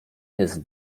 jest